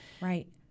Right